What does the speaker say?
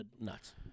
Nuts